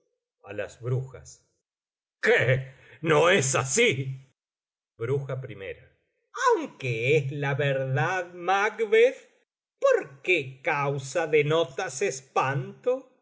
las brujas qué no es así br aunque es la verdad macbeth por qué causa denotas espanto